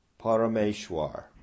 Parameshwar